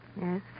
Yes